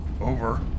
Over